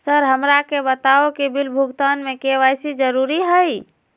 Sir हमरा के बताओ कि बिल भुगतान में के.वाई.सी जरूरी हाई?